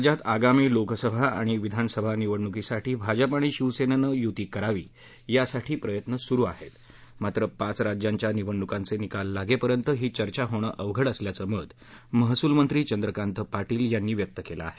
राज्यात आगामी लोकसभा आणि विधानसभा निवडणुकीसाठी भाजपा आणि शिवसेनेनं यूती करावी यासाठी प्रयत्न सुरू आहेत मात्र पाच राज्यांच्या निवडणुकांचे निकाल लागेपर्यंत ही चर्चा होणं अवघड असल्याचं मत महसूलमंत्री चंद्रकांत पाटील यांनी केलं आहे